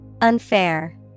Unfair